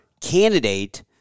candidate